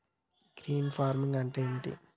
Green farming అంటే ఏమిటి?